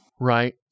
Right